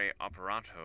operato